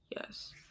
yes